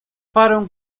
parę